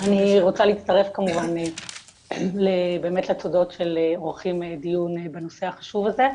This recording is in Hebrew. רוצה להצטרף כמובן באמת לתודות שעורכים דיון בנושא החשוב הזה,